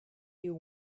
you